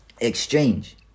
Exchange